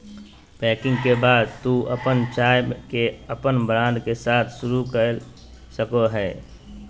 packing के बाद तू अपन चाय के अपन ब्रांड के साथ शुरू कर सक्ल्हो हें